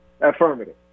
Affirmative